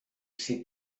said